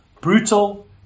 brutal